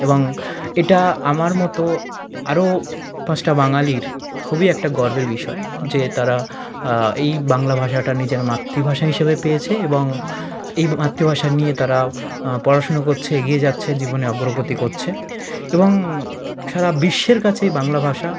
এবং এটা আমার মতো আরও পাঁচটা বাঙালির খুবই একটা গর্বের বিষয় যে তারা এই বাংলা ভাষাটা নিজের মাতৃভাষা হিসেবে পেয়েছে এবং এই মাতৃভাষা নিয়ে তারা পড়াশুনো করছে এগিয়ে যাচ্ছে জীবনে অগ্রগতি করছে এবং সারা বিশ্বের কাছে এই বাংলা ভাষা